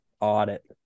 audit